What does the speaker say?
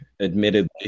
admittedly